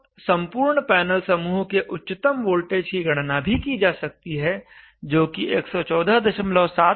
अब संपूर्ण पैनल समूह के उच्चतम वाटेज की गणना भी की जा सकती है जो कि 1147 kWhday है